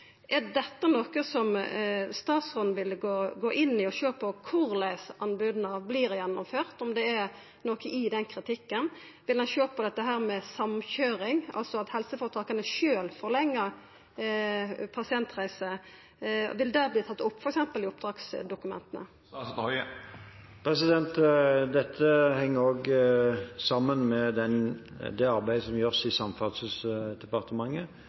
statsråden gå inn i og sjå på korleis anboda vert gjennomførte, om det er noko i den kritikken? Vil han sjå på dette med samkøyring, altså at helseføretaka sjølve forlengjer pasientreisene? Vil det verta tatt opp i f.eks. oppdragsdokumenta? Dette henger sammen med det arbeidet som gjøres i Samferdselsdepartementet